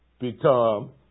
become